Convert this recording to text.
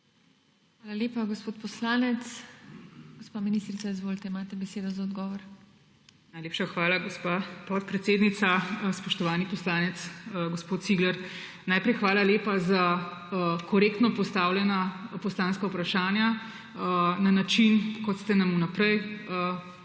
Hvala lepa, gospod poslanec. Gospa ministrica, izvolite, imate besedo za odgovor. **DR. SIMONA KUSTEC:** Hvala, gospa podpredsednica. Spoštovani poslanec gospod Cigler, najprej hvala lepa za korektno postavljena poslanska vprašanja na način, kot ste nam vnaprej povedali,